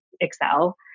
excel